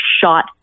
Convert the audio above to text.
shot